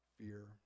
fear